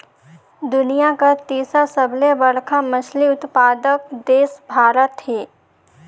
दुनिया कर तीसर सबले बड़खा मछली उत्पादक देश भारत हे